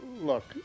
look